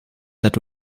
that